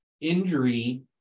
injury